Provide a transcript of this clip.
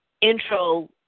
intro